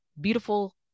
beautiful